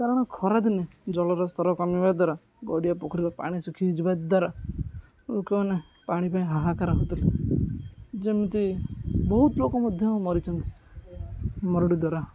କାରଣ ଖରାଦିନେ ଜଲର ସ୍ତର କମିବା ଦ୍ୱାରା ଗଡ଼ିଆ ପୋଖରୀର ପାଣି ଶୁଖି ହୋଇଯିବା ଦ୍ୱାରା ଲୋକମାନେ ପାଣି ପାଇଁ ଆହାକାର ହଉଥିଲେ ଯେମିତି ବହୁତ ଲୋକ ମଧ୍ୟ ମରିଛନ୍ତି ମରୁଡ଼ି ଦ୍ୱାରା